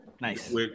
Nice